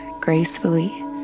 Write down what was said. gracefully